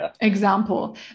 example